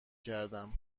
کردم